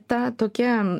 ta tokia